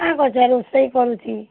କାଁ କହୁଛ ରୋଷଇ କରୁଛି